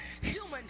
human